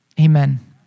Amen